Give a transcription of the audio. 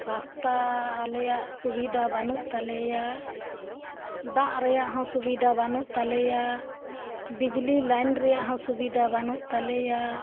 ᱨᱟᱥᱛᱟ ᱟᱞᱮᱭᱟᱜ ᱥᱩᱵᱤᱫᱷᱟ ᱵᱟᱹᱱᱩᱜ ᱛᱟᱞᱮᱭᱟ ᱫᱟᱜ ᱨᱮᱭᱟᱜ ᱦᱚᱸ ᱥᱩᱵᱤᱫᱷᱟ ᱵᱟᱹᱱᱩᱜ ᱛᱟᱞᱮᱭᱟ ᱵᱤᱡᱽᱞᱤ ᱞᱟᱹᱭᱤᱱ ᱨᱮᱭᱟᱜ ᱦᱚᱸ ᱥᱩᱵᱤᱫᱷᱟ ᱵᱟᱹᱱᱩᱜ ᱛᱟᱞᱮᱭᱟ